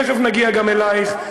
תכף נגיע גם אלייך,